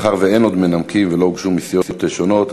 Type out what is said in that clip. מאחר שאין עוד מנמקים ולא הוגשו מסיעות שונות,